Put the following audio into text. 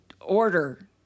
order